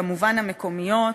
כמובן המקומיות,